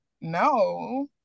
no